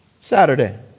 Saturday